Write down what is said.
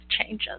changes